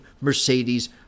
Mercedes